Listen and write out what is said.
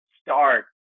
start